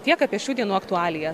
tiek apie šių dienų aktualijas